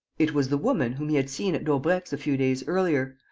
it was the woman whom he had seen at daubrecq's a few days earlier,